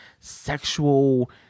sexual